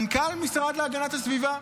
מנכ"ל המשרד להגנת הסביבה.